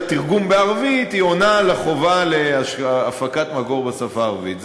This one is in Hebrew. תרגום בערבית עונה על החובה להפקת מקור בשפה הערבית.